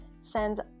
sends